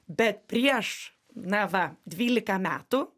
bet prieš na va dvylika metų